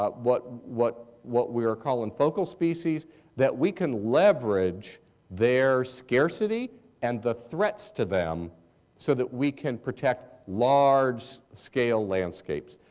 ah what what we are calling focal species that we can leverage their scarcity and the threats to them so that we can protect large scale landscapes,